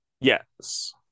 Yes